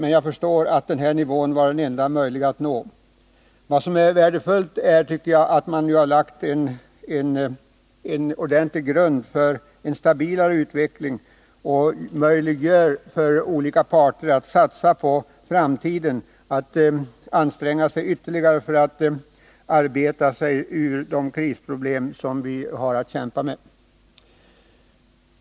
Men jag förstår att denna nivå var den enda möjliga att nå. Det är värdefullt att man nu har lagt en ordentlig grund för en stabilare utveckling och möjliggjort för olika parter att satsa på framtiden, att anstränga sig ytterligare för att arbeta sig ur de krisproblem som vi har att kämpa med.